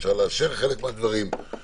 אפשר לאשר חלק מהדברים,